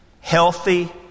healthy